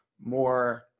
more